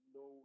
no